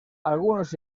algunos